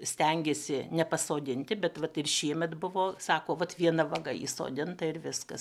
stengiasi nepasodinti bet vat ir šiemet buvo sako vat viena vaga įsodinta ir viskas